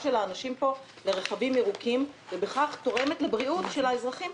של האנשים פה לרכבים ירוקים ובכך תורמת לבריאות של האזרחים.